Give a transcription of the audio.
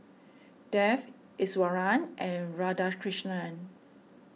Dev Iswaran and Radhakrishnan